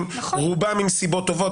שמחכים; רובם עם סיבות טובות.